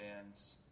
bands